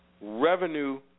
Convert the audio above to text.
revenue